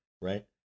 right